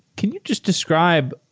can you just describe,